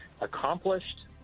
accomplished